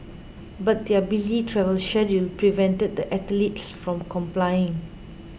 but their busy travel schedule prevented the athletes from complying